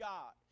God